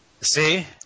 See